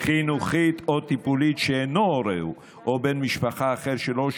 חינוכית או טיפולית שאינו הורהו או בן משפחה אחר שלו,